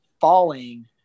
falling